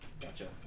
Gotcha